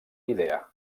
idea